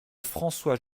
françois